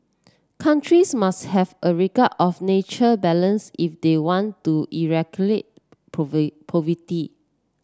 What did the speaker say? countries must have a regard of nature balance if they want to poverty